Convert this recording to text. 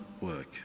work